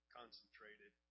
concentrated